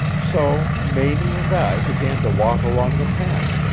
so mamie and i began to walk along the path,